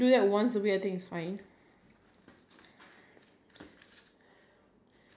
oh I think I think when you want to get rid of blackheads or whiteheads or anything